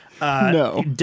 No